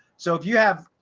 so if you have,